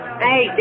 Hey